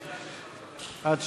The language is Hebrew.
חברי חברי הכנסת,